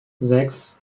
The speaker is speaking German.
sechs